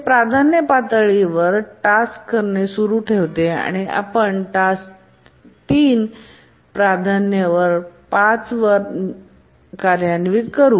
हे प्राधान्य पातळी 2 वर टास्क करणे सुरू ठेवते आणि आपण टास्क 3 प्राधान्य 5 टास्क न्वित करू